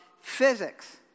physics